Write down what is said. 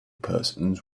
persons